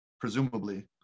presumably